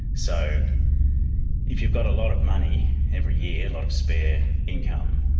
so if you've got a lot of money every year, a lot of spare income,